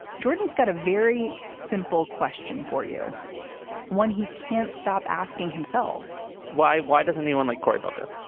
jordan has got a very simple question for you when he can't stop asking himself why, why does anyone like cory booker,